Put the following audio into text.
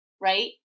right